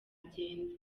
bigenda